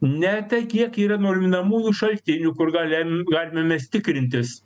ne tai kiek yra norminamųjų šaltinių kur galim galime mes tikrintis